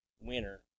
winner